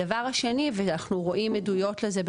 הדבר השני ואנחנו רואים עדויות לזה,